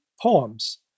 poems